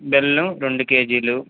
బెల్లం రెండు కేజీలు